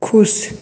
ख़ुश